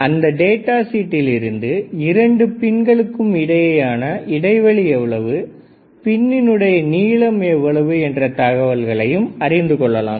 அந்த டேட்டா ஷீட்டிலிருந்து இரண்டு பின்களுக்கு இடையேயான இடைவெளி எவ்வளவு பின்னுனுடைய நீளம் எவ்வளவு என்ற தகவல்களையும் அறிந்து கொள்ளலாம்